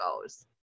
goes